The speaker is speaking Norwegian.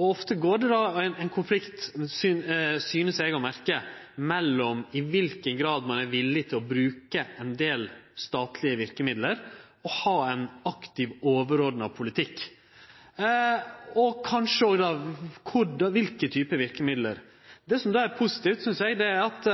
Ofte er det då ein konflikt, synest eg å merke, som går på i kva for grad ein er villig til å bruke ein del statlege verkemiddel og ha ein aktiv, overordna politikk – og kanskje òg på kva for typar verkemiddel. Det som er positivt, synest eg, er at